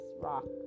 rock